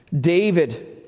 David